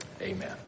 Amen